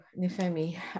Nifemi